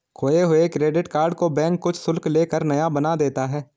खोये हुए credit card को बैंक कुछ शुल्क ले कर नया बना देता है